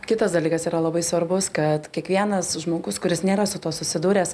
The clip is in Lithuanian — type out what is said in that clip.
kitas dalykas yra labai svarbus kad kiekvienas žmogus kuris nėra su tuo susidūręs